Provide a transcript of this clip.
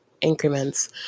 increments